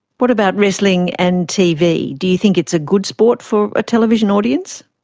what about wrestling and tv? do you think it's a good sport for a television audience?